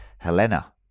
Helena